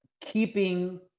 keeping